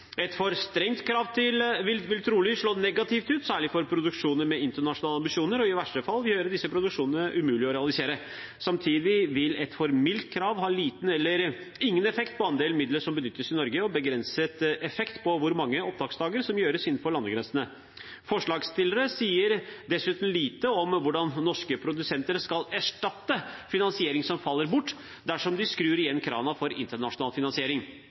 Et for strengt krav vil trolig slå negativt ut, særlig for produksjoner med internasjonale ambisjoner, og i verste fall gjøre disse produksjonene umulig å realisere. Samtidig vil et for mildt krav ha liten eller ingen effekt på andelen midler som benyttes i Norge, og begrenset effekt på hvor mange opptaksdager som gjøres innenfor landegrensene. Forslagsstillerne sier dessuten lite om hvordan norske produsenter skal erstatte finansiering som faller bort, dersom de skrur igjen krana for internasjonal finansiering.